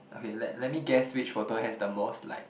okay let let me guess which photo has the most like